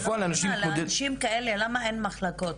למה אין לאנשים כאלה מחלקות?